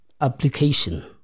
application